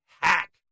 hack